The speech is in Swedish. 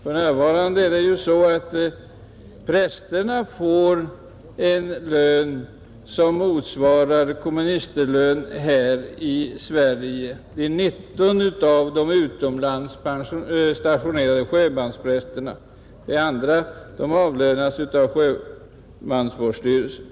För närvarande är det så att 19 av de utomlandsstationerade prästerna får en lön som motsvarar komministerlönen i Sverige; de andra prästerna avlönas av sjömansvårdsstyrelsen.